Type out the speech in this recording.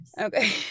Okay